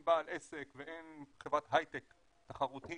אין בעל עסק ואין חברת הייטק תחרותית,